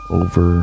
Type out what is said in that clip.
over